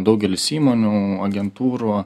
daugelis įmonių agentūrų